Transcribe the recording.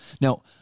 Now